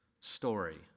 story